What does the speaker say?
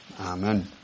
Amen